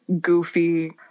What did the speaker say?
goofy